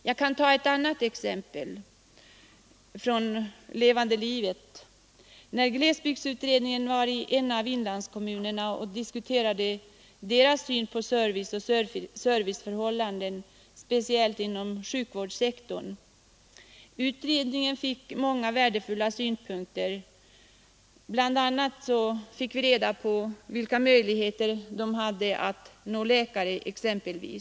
Jag kan också ta ett annat exempel, nämligen från glesbygdsutredningens besök i en av inlandskommunerna där man diskuterade kommunens syn på service och serviceförhållanden, speciellt inom sjukvårdssektorn. Utredningen fick många värdefulla synpunkter. BI. a. fick vi uppgifter om invånarnas möjligheter att nå läkare.